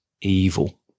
evil